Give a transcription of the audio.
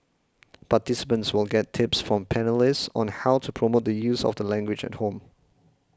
participants will get tips from panellists on how to promote the use of the language at home